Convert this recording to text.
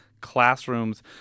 classrooms